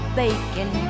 bacon